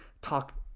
talk